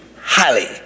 highly